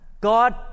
God